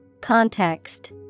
Context